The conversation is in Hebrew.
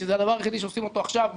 שזה הדבר היחידי שעושים עכשיו,